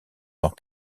dans